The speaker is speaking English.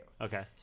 Okay